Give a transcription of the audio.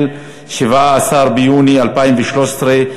17 ביוני 2013,